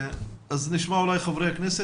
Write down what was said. נשמע אולי חברי כנסת.